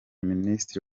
minisitiri